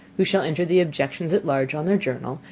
who shall enter the objections at large on their journal,